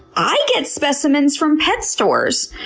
i get specimens from pet stores!